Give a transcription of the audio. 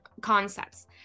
concepts